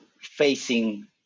facing